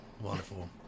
Wonderful